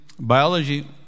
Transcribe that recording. biology